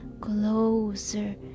closer